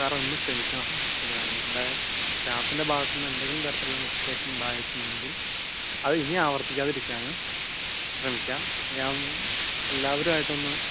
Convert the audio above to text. സാറൊന്ന് ക്ഷമിക്കണം ഇത് ഞങ്ങളുടെ സ്റ്റാഫിൻ്റെ ഭാഗത്തു നിന്ന് എന്തെങ്കിലും തരത്തിലുള്ള മിസ്റ്റേക്ക് ഉണ്ടായിട്ടുണ്ടെങ്കിൽ അത് ഇനി ആവർത്തിക്കാതിരിക്കാനും ശ്രമിക്കാം ഞാൻ എല്ലാവരുമായിട്ടൊന്ന്